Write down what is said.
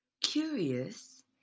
Curious